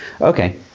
Okay